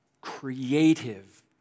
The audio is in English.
creative